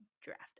draft